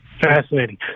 Fascinating